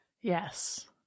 Yes